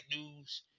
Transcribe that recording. news